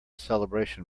celebration